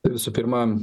visų pirma